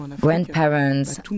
Grandparents